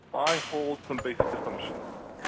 i hold some basic assumptions.